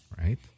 Right